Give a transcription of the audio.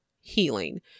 healing